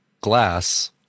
glass